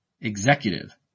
Executive